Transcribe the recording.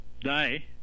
die